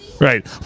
right